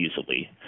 easily